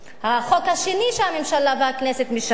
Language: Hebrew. החוק השני שהממשלה והכנסת משנות,